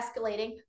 escalating